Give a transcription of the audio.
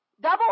Double